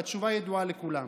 והתשובה ידועה לכולם.